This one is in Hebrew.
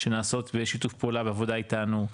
שנעשות בשיתוף פעולה בעבודה איתנו,